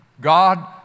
God